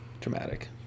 Dramatic